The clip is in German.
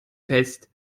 fest